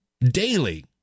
daily